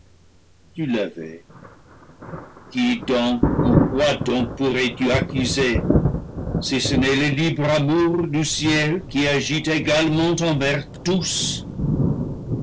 tu l'avais qui donc et quoi donc pourrais-tu accuser si ce n'est le libre amour du ciel qui agit également envers tous